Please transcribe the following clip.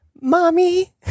mommy